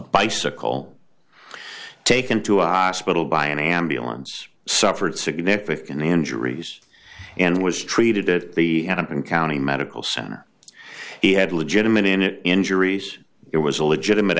bicycle taken to hospital by an ambulance suffered significant injuries and was treated at the head of and county medical center he had legitimate inet injuries it was a legitimate